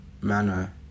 manner